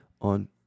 on